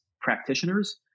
practitioners